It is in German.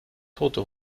tote